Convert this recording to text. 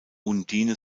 undine